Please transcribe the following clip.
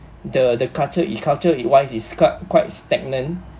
the the culture i~ culture is wise is quite quite stagnant